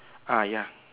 uh ya